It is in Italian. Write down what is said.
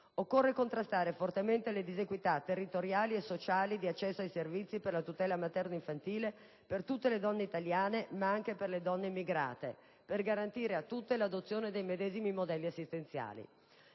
Occorre contrastare fortemente le disequità territoriali e sociali di accesso ai servizi per la tutela materno-infantile per tutte le donne italiane ma anche per le donne immigrate, per garantire a tutte l'adozione dei medesimi modelli assistenziali.